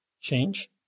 change